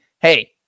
hey